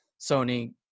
Sony